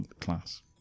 class